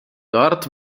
dort